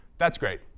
that's great.